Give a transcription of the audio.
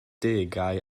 degau